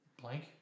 Blank